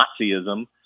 Nazism